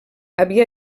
havia